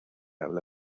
habla